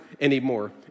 anymore